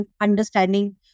understanding